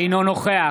אינו נוכח